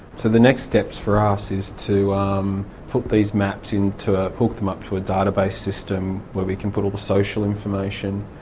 the next steps for us is to um put these maps into a. hook them up to a database system where we can put all the social information,